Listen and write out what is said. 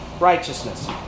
Righteousness